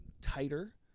tighter